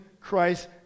Christ